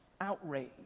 Outrage